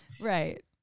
Right